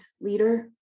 leader